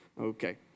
Okay